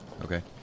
Okay